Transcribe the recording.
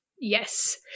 Yes